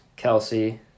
Kelsey